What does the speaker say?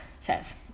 says